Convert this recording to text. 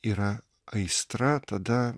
yra aistra tada